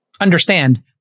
understand